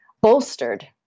bolstered